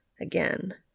Again